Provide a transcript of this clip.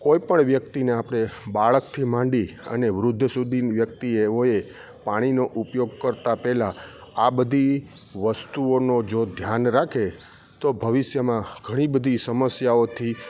કોઈપણ વ્યક્તિને આપણે બાળકથી માંડી અને વૃદ્ધ સુધી વ્યક્તિએ ઓએ પાણીનો ઉપયોગ કરતાં પહેલા આ બધી વસ્તુઓનો જો ધ્યાન રાખે તો ભવિષ્યમાં ઘણીબધી સમસ્યાઓથી